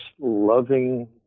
loving